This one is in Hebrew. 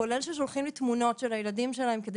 כולל ששולחים לי תמונות של הילדים שלהם כדי